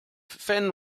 fen